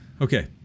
Okay